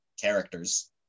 Characters